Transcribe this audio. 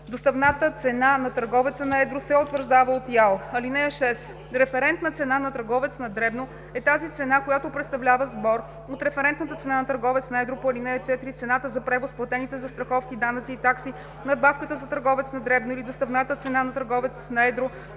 Доставната цена на търговец на едро се утвърждава от ИАЛ. (6) Референтна цена на търговец на дребно е тази цена, която представлява сбор от референтната цена на търговец на едро по ал. 4, цената за превоза, платените застраховки, данъци и такси, надбавка за търговец на дребно или доставната цена на търговец на едро,